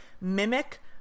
mimic